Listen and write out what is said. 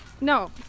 no